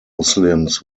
muslims